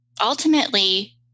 ultimately